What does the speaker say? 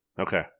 Okay